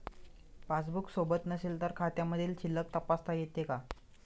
Passbook सोबत नसेल तर खात्यामधील शिल्लक तपासता येते का?